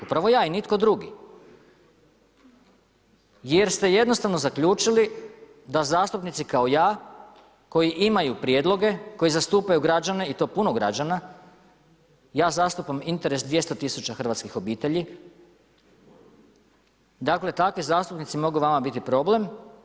Upravo ja i nitko drugi, jer ste jednostavno zaključili da zastupnici kao ja koji imaju prijedloge, koji zastupaju građane i to puno građana, ja zastupam interes 200 tisuća hrvatskih obitelji, dakle takvi zastupnici mogu vama biti problem.